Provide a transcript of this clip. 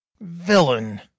Villain